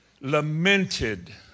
lamented